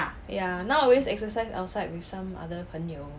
ya now I always exercise outside with some other 朋友